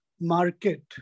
market